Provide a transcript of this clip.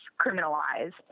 criminalized